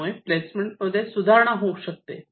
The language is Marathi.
त्यामुळे प्लेसमेंट मध्ये सुधारणा होऊ शकते